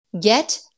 get